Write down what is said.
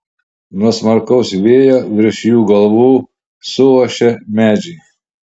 nuo smarkaus vėjo virš jų galvų suošia medžiai